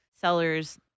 sellers